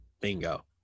Bingo